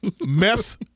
Meth